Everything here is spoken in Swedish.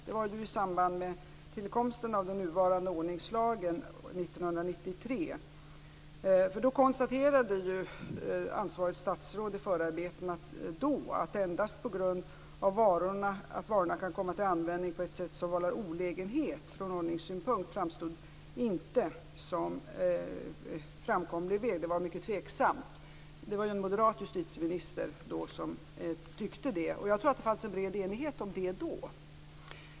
Det var i samband med tillkomsten av den nuvarande ordningslagen 1993. Då konstaterade ansvarigt statsråd i förarbetena att endast på grund av att varorna kan komma till användning på ett sätt som kan vålla olägenhet från ordningssynpunkt framstod inte som en framkomlig väg. Det var tveksamt. Det var en moderat justitieminister som tyckte så. Jag tror att det rådde en bred enighet då.